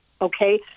okay